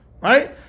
right